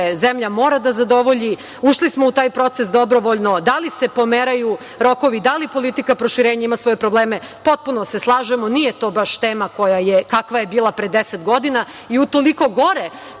zemlja mora da zadovolji. Ušli smo u taj proces dobrovoljno. Da li se pomeraju rokovi, da li politika proširenja ima svoje probleme? Potpuno se slažemo, nije to baš tema kakva je bila pre 10 godina i utoliko gore